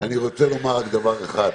אני רוצה לומר רק דבר אחד.